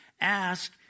Ask